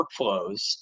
workflows